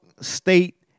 state